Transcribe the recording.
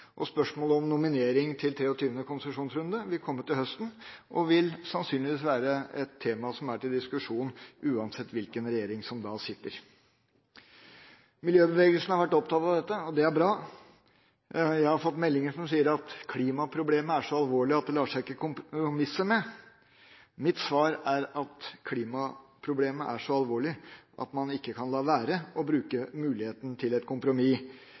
realiteten. Spørsmålet om nominering til 23. konsesjonsrunde vil komme til høsten og vil sannsynligvis være et tema til diskusjon uansett hvilken regjering som da sitter. Miljøbevegelsen har vært opptatt av dette, og det er bra. Jeg har fått meldinger som sier at klimaproblemet er så alvorlig at det ikke lar seg kompromisse med. Mitt svar er at klimaproblemet er så alvorlig at man ikke kan la være å bruke muligheten til et kompromiss